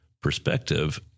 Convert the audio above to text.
perspective